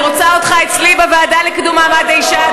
אני רוצה אותך אצלי בוועדה לקידום מעמד האישה,